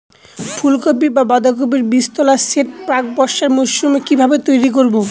ফুলকপি বা বাঁধাকপির বীজতলার সেট প্রাক বর্ষার মৌসুমে কিভাবে তৈরি করব?